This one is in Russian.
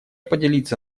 поделиться